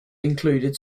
included